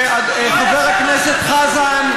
וחבר הכנסת חזן,